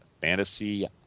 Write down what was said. Fantasy